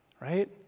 right